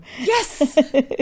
Yes